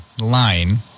line